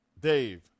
Dave